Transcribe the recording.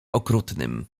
okrutnym